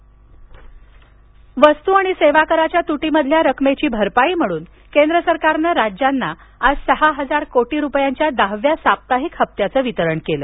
वस्त आणि सेवा कर वस्तू आणि सेवा कराच्या तुटीमधील रकमेची भरपाई म्हणून केंद्र सरकारनं राज्यांना आज सहा हजार कोटी रुपयांच्या दहाव्या साप्ताहिक हप्त्याचं वितरण केलं